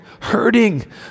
hurting